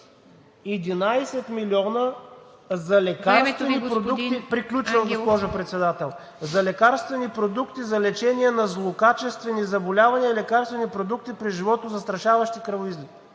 За лекарствени продукти за лечение на злокачествени заболявания, лекарствени продукти при животозастрашаващи кръвоизливи.